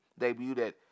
debuted